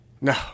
No